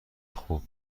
خوب